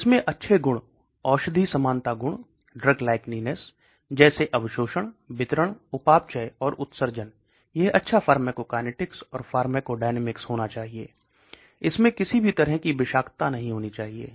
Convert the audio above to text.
इसमें अच्छे गुण औषधि समानता गुण जैसे अवशोषण वितरण उपापचय और उत्सर्जन यह अच्छा फार्माकोकाइनेटिक्स और फार्माकोडायनामिक्स होना चाहिए इसमें किसी भी तरह की विषाक्तता नहीं होनी चाहिए